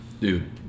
Dude